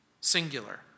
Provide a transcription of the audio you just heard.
singular